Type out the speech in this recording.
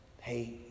hey